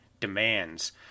demands